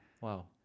Wow